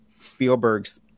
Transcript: Spielberg's